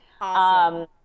Awesome